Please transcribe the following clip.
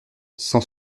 cent